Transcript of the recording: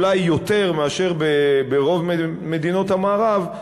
אולי יותר מאשר ברוב מדינות המערב,